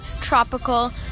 tropical